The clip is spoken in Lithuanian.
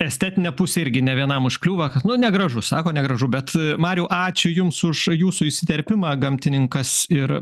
estetinė pusė irgi ne vienam užkliūva kad nu negražu sako negražu bet mariau ačiū jums už jūsų įsiterpimą gamtininkas ir